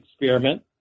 experiment